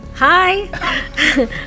Hi